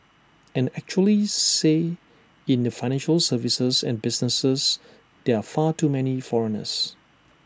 and actually say in the financial services and business there are far too many foreigners